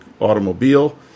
automobile